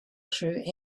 through